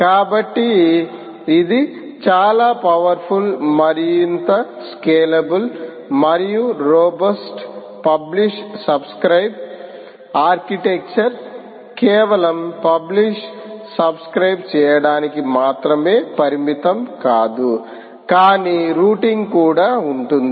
కాబట్టి ఇది చాలా పవర్ ఫుల్ మరింత స్కేలబుల్ మరియు రోబస్ట్ పబ్లిష్ సబ్స్క్రయిబ్ ఆర్కిటెక్చర్ కేవలం పబ్లిష్ సబ్స్క్రయిబ్ చేయడానికి మాత్రమే పరిమితం కాదు కానీ రూటింగ్ కూడా ఉంటుంది